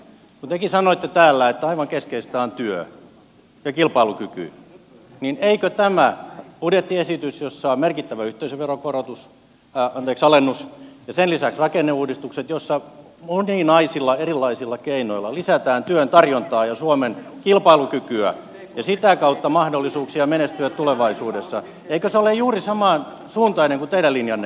kun tekin sanoitte täällä että aivan keskeistä on työ ja kilpailukyky niin eikö tämä budjettiesitys jossa on merkittävä yhteisöveron alennus ja sen lisäksi rakenneuudistukset joissa moninaisilla erilaisilla keinoilla lisätään työn tarjontaa ja suomen kilpailukykyä ja sitä kautta mahdollisuuksia menestyä tulevaisuudessa ole juuri samansuuntainen kuin teidän linjanne